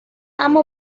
اما